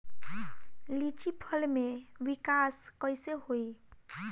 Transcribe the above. लीची फल में विकास कइसे होई?